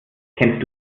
kennst